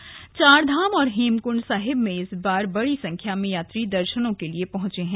विदेशी यात्री चारधाम और हेमकुंड साहिब में इस बार बड़ी संख्या में यात्री दर्शनों के लिए पहुंचे हैं